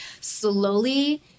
slowly